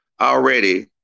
already